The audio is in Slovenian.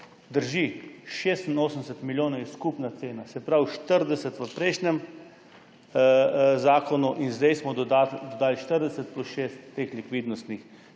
drži, 86 milijonov je skupna cena, se pravi 40 v prejšnjem zakonu in zdaj smo dodali 40 plus 6 teh likvidnostnih